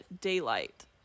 daylight